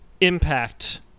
impact